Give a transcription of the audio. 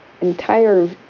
entire